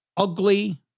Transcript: ugly